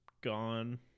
gone